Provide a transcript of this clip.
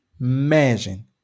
imagine